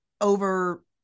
over